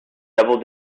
double